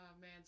man